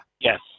Yes